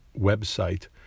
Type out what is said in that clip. website